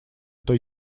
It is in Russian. той